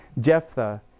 Jephthah